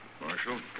Marshal